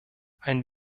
ein